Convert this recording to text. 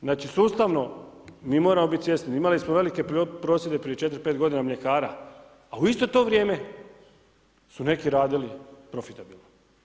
Znači sustavno mi moramo biti svjesni, imali smo velike prosvjede prije 4, 5 godina mljekara a u isto to vrijeme su neki radili profitabilno.